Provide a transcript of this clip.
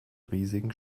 riesigen